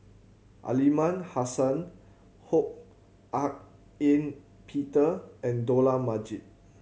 Aliman Hassan Ho Hak Ean Peter and Dollah Majid